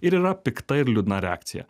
ir yra pikta ir liūdna reakcija